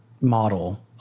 model